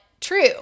true